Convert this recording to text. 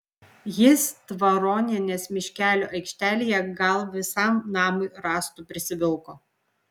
jis tvaronienės miškelio aikštelėje gal visam namui rąstų prisivilko